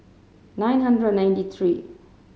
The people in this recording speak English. nine hundred and ninety three